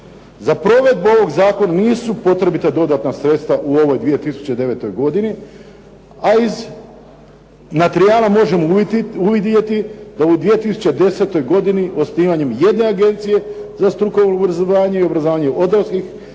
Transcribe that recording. Za provedbu ovog Zakona nisu potrebita dodatna sredstva u ovoj 2009. godini, ali iz materijala možemo uviditi da u 2010. godini osnivanjem jedne Agencije za strukovno obrazovanje i obrazovanje odraslih